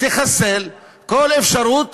תחסל כל אפשרות